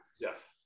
Yes